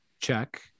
check